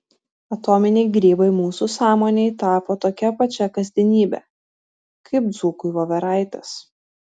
atominiai grybai mūsų sąmonei tapo tokia pačia kasdienybe kaip dzūkui voveraitės